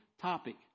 topic